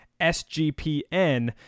SGPN